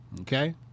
Okay